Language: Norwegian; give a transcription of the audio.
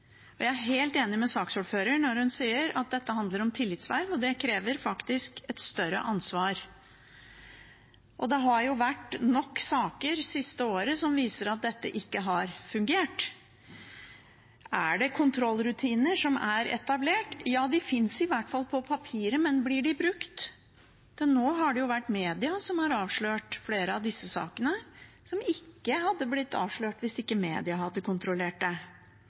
Jeg er helt enig med saksordføreren når hun sier at dette handler om tillitsverv, og at det faktisk krever et større ansvar. Det har jo vært nok saker det siste året som viser at dette ikke har fungert. Er det etablert kontrollrutiner? Ja, de finnes i hvert fall på papiret, men blir de brukt? Til nå har det jo vært media som har avslørt flere av disse sakene, og som ikke hadde blitt avslørt hvis ikke media hadde kontrollert det.